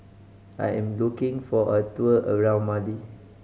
I am looking for a tour around Mali